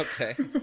Okay